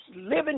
living